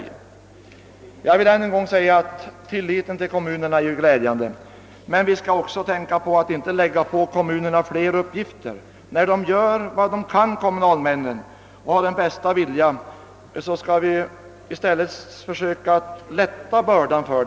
Än en gång vill jag säga att inrikesministerns tillit till kommunerna är glädjande, men vi får också tänka på att inte ålägga dem fler uppgifter. Då kommunalmännen gör vad de kan, skall vi i stället försöka att lätta deras börda.